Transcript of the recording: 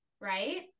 Right